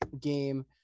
game